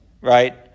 right